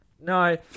no